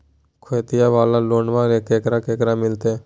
खेतिया वाला लोनमा केकरा केकरा मिलते?